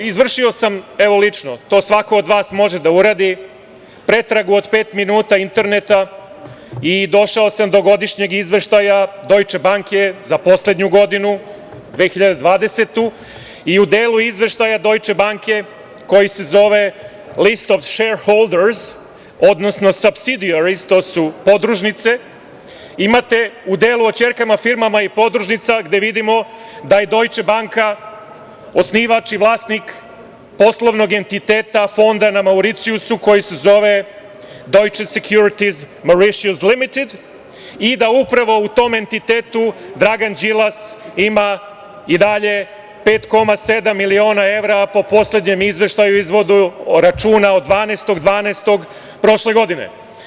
Izvršio sam lično, to svako od vas može da uradi, pretragu od pet minuta interneta i došao sam do godišnjeg izveštaja „Dojče banke“ za poslednju godinu 2020. i u delu izveštaja „Dojče banke“ koji se zove list of shareholders, odnosno subsidiaries, to su podružnice, u delu o ćerkama firmama i podružnicama vidimo da je „Dojče banka“ osnivač i vlasnik poslovnog entiteta, fonda na Mauricijusu koji se zove „Deutsche securities Mauritius limited“ i da upravo u tom entitetu Dragan Đilas ima i dalje 5,7 miliona evra po poslednjem izveštaju, izvodu računa od 12. decembra prošle godine.